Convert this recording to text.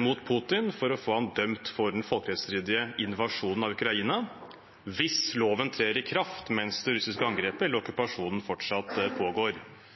mot Putin for å få ham dømt for den folkerettsstridige invasjonen av Ukraina – hvis loven trer i kraft mens det russiske angrepet eller